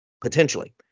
Potentially